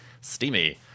Steamy